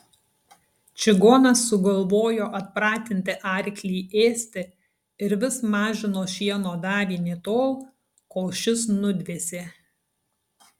čigonas sugalvojo atpratinti arklį ėsti ir vis mažino šieno davinį tol kol šis nudvėsė